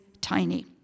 tiny